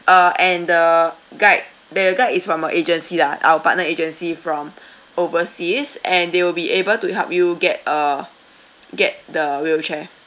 uh and the guide the guide is from our agency lah our partner agency from overseas and they will be able to help you get uh get the wheelchair